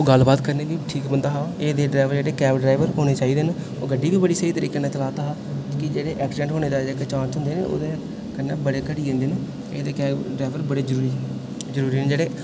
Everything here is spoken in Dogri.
ओह् गल्लबात करने बी ठीक बंदा हा ओह् इ'यै दे जेह्ड़े कैब ड्राइवर होने चाहिदे न ओह् गड्डी बी बड़ी स्हेई तरीके कन्नै चलांदा हा की जे एक्सीडैंट होने दा जेह्का चांस होंदे न ओह्दे कन्नै बड़े घट्टी जंदे न इ'यै दे कैब ड्राइवर बड़े जरूरी न जेह्ड़े